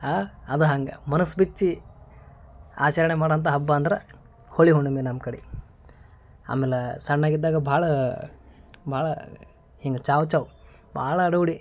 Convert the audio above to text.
ಆ ಅದು ಹಂಗೆ ಮನಸ್ಸು ಬಿಚ್ಚಿ ಆಚರಣೆ ಮಾಡಂಥ ಹಬ್ಬ ಅಂದ್ರೆ ಹೋಳಿಹುಣ್ಮಿ ನಮ್ಮ ಕಡೆ ಆಮ್ಯಾಲ ಸಣ್ಣಾಗಿದ್ದಾಗ ಭಾಳ ಭಾಳ ಹಿಂಗೆ ಚಾವ್ ಚಾವ್ ಭಾಳ ರೂಢಿ